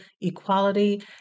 equality